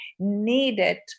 Needed